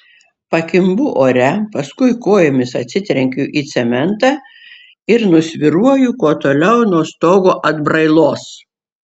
pakimbu ore paskui kojomis atsitrenkiu į cementą ir nusvyruoju kuo toliau nuo stogo atbrailos